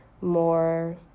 more